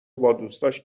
بادوستاش